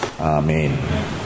Amen